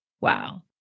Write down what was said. Wow